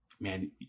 man